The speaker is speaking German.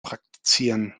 praktizieren